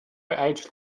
age